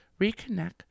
reconnect